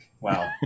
wow